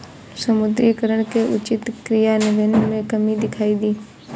विमुद्रीकरण के उचित क्रियान्वयन में कमी दिखाई दी